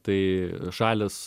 tai šalys